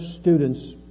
students